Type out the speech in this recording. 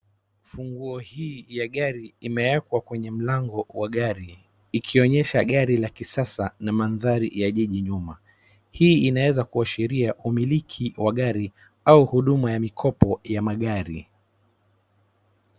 Funguo hii ya gari imewekwa kwa gari kwenye mlango wa gari ikionyesha gari ya kisasa na mandhari ya jiji nyuma. Hii inaweza ashiria umiliki wa gari au huduma ya mikopo ya magari.